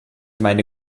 meine